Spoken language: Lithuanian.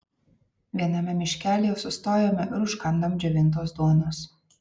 viename miškelyje sustojome ir užkandom džiovintos duonos